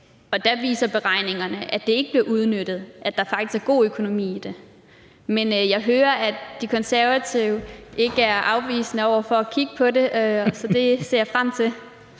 og der viser beregningerne, at det ikke bliver udnyttet, og at der faktisk er god økonomi i det. Men jeg hører, at De Konservative ikke er afvisende over for at kigge på det, så det ser jeg frem til.